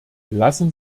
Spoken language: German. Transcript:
lassen